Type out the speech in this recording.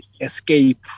escape